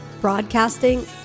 broadcasting